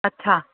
अच्छा